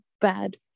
bad